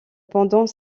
pendant